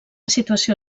situació